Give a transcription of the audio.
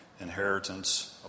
inheritance